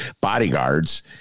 bodyguards